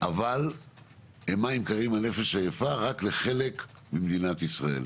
אבל הם מים קרים על נפש עייפה רק לחלק ממדינת ישראל,